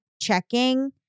checking